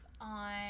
On